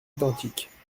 identiques